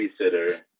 babysitter